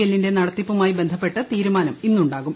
എല്ലിന്റെ നടത്തിപ്പുമായി ബന്ധപ്പെട്ട് തീരുമാനം ഇന്നുണ്ടാകും